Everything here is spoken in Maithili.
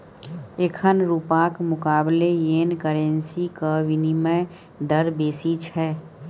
एखन रुपाक मुकाबले येन करेंसीक बिनिमय दर बेसी छै